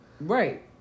right